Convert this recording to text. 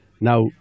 now